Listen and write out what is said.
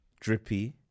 Drippy